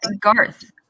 garth